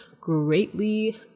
greatly